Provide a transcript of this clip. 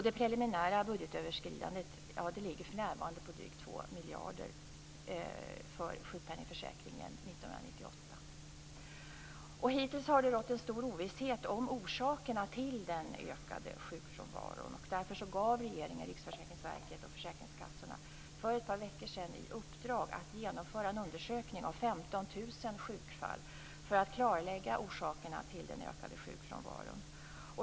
Det preliminära budgetöverskridandet ligger för närvarande på drygt 2 miljarder för sjukpenningsförsäkringen år Hittills har det rått stor ovisshet om orsakerna till den ökade sjukfrånvaron. Därför gav regeringen RFV och försäkringskassorna för ett par veckor sedan i uppdrag att genomföra en undersökning av 15 000 sjukfall för att klarlägga orsakerna till den ökade sjukfrånvaron.